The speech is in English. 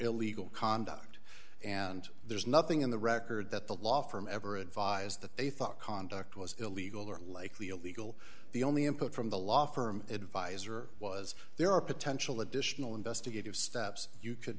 conduct and there's nothing in the record that the law from ever advised that they thought conduct was illegal or likely illegal the only input from the law firm advisor was there are potential additional investigative steps you could